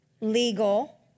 Legal